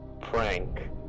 prank